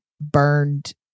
burned